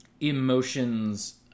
emotions